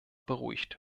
beruhigt